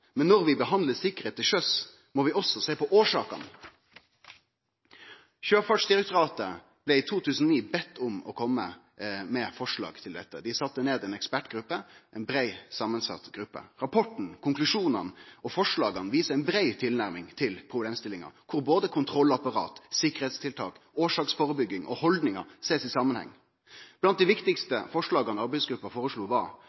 Men når vi behandlar sikkerheit til sjøs, må vi også sjå på årsakene. Sjøfartsdirektoratet blei i 2009 bedt om å kome med forslag til dette. Direktoratet sette ned ei ekspertgruppe, ei breitt samansett gruppe. Rapporten, konklusjonane og forslaga viser ei brei tilnærming til problemstillinga, kor både kontrollapparat, sikkerheitstiltak, årsaksførebygging og haldningar blir sette i samanheng. Blant dei viktigaste forslaga arbeidsgruppa foreslo, var: